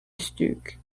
stuc